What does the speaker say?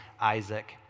isaac